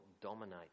dominate